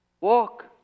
walk